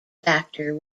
factor